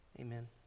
amen